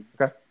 Okay